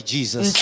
Jesus